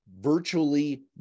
Virtually